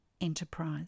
enterprise